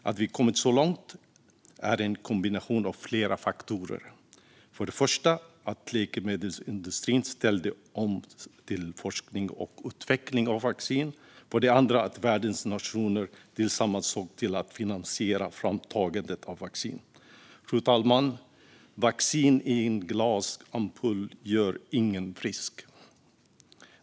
Att vi kommit så långt beror på en kombination av flera faktorer. För det första ställde läkemedelsindustrin snabbt om till forskning och utveckling av vaccin. För det andra såg världens nationer tillsammans till att finansiera framtagandet av vaccin. Fru talman! Vaccin i en glasampull gör ingen frisk.